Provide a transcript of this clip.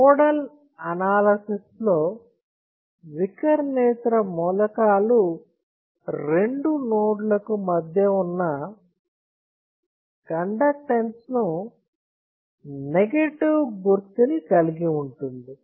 nodal analysis లో వికర్ణేతర మూలకాలు రెండు నోడ్ లకు మధ్య ఉన్న కండెక్టన్స్ ను నెగెటివ్ గుర్తుని కలిగి ఉంటుంది